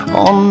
on